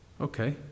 okay